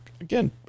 again